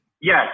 yes